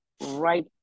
right